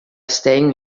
staying